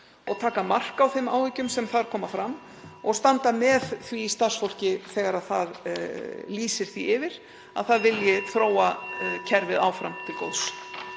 og taka mark á þeim áhyggjum sem þar koma fram og standa með því starfsfólki þegar það lýsir því yfir að það vilji (Forseti hringir.) þróa kerfið áfram til góðs.